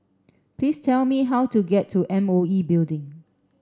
please tell me how to get to M O E Building